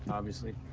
obviously.